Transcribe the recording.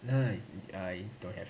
no I I don't have